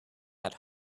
had